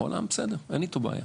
העולם בסדר, אין איתו בעיה.